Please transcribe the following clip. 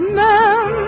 men